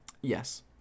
Yes